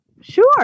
Sure